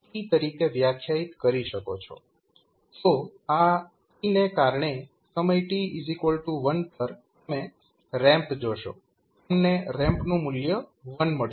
તો આ t ને કારણે સમય t 1 પર તમે રેમ્પ જોશો તમને રેમ્પનું મૂલ્ય 1 મળશે